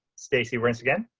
stacey once again.